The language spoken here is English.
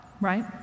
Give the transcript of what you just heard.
right